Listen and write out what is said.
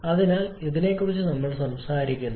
അതിനാൽ ഇതിനെക്കുറിച്ചാണ് നമ്മൾ സംസാരിക്കുന്നത്